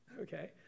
okay